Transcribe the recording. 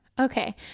Okay